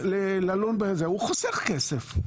הוא חוסך כסף.